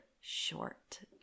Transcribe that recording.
short